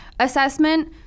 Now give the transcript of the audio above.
assessment